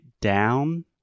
down